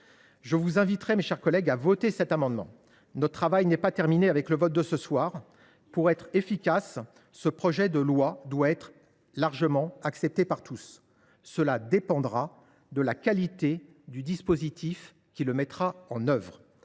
Je vous inviterai, mes chers collègues, à voter mon amendement. Notre travail ne sera pas terminé avec le vote du texte. Pour être efficace, le projet de loi doit être largement accepté par tous. Cela dépendra de la qualité du dispositif qui sera retenu